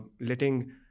letting